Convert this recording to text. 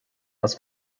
was